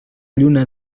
lluna